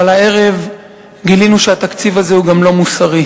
אבל הערב גילינו גם שהתקציב הזה הוא לא מוסרי.